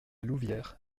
louvière